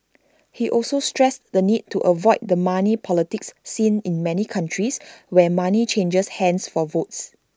he also stressed the need to avoid the money politics seen in many countries where money changes hands for votes